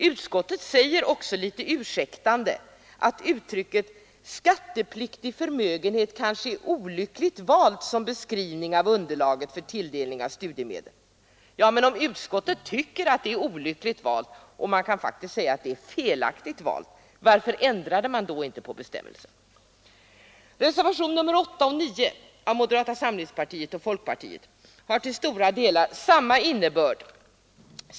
Utskottet säger litet ursäktande att uttrycket skattepliktig förmögenhet kanske är olyckligt valt som beskrivning av underlaget för tilldelning av studiemedel. Men om utskottet tycker att uttrycket är olyckligt valt — man kan faktiskt säga att det är felaktigt valt — varför ändrade man då inte på bestämmelsen? Reservationerna 8 och 9 av moderata samlingspartiet och folkpartiet har till stora delar samma innebörd.